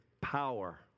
power